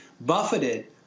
buffeted